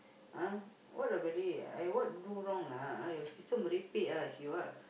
!huh! what lah Belly I what do wrong lah your sister merepek ah she what